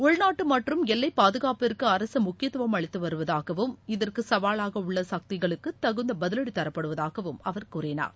உள்நாட்டு மற்றும் எல்லைப் பாதுகாகப்பிற்கு அரசு முக்கியத்துவம் அளித்து வருவதாகவும் இதற்கு சவாலாக உள்ள சக்திகளுக்கு தகுந்த பதிவடி தரப்படுவதாகவும் அவர் கூறினார்